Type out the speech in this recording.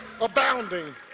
abounding